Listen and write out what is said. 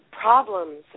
problems